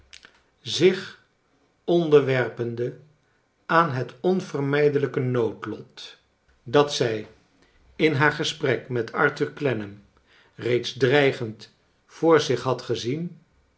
zich onderwerpende aan het onvermijdelijk noodlot dat zij in haar gesprek met arthur clennam reeds dreigend voor zich had gezien